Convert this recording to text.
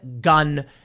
gun